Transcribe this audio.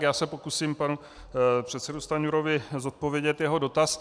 Já se pokusím panu předsedovi Stanjurovi zodpovědět jeho dotaz.